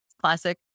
Classic